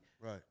Right